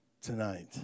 tonight